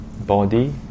body